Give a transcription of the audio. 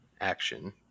action